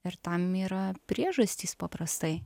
ir tam yra priežastys paprastai